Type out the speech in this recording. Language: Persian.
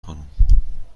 خانم